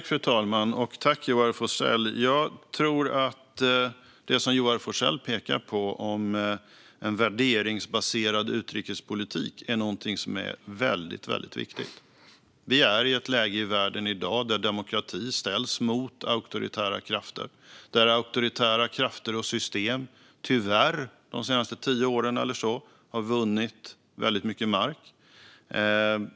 Fru talman! Jag tror att det Joar Forssell pekar på, nämligen en värderingsbaserad utrikespolitik, är någonting som är väldigt viktigt. Vi är i ett läge i världen i dag där demokrati ställs mot auktoritära krafter och där auktoritära krafter och system tyvärr har vunnit väldigt mycket mark under de senaste tio åren eller så.